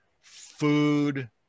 food